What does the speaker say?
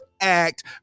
act